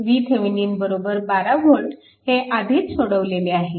VThevenin 12V हे आधीच सोडवलेले आहे